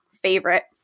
favorite